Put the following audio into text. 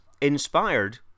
inspired